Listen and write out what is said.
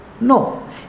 No